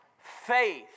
faith